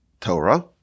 Torah